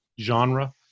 genre